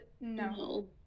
no